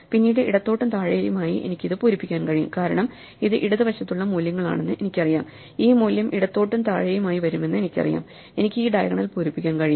പിന്നീട് ഇടത്തോട്ടും താഴെയുമായി എനിക്ക് ഇത് പൂരിപ്പിക്കാൻ കഴിയും കാരണം ഇത് ഇടതുവശത്തുള്ള മൂല്യങ്ങളാണെന്ന് എനിക്കറിയാം ഈ മൂല്യം ഇടത്തോട്ടു താഴെയുമായി വരുമെന്ന് എനിക്കറിയാം എനിക്ക് ഈ ഡയഗണൽ പൂരിപ്പിക്കാൻ കഴിയും